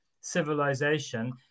civilization